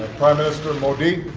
ah prime minister modi